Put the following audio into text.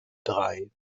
drei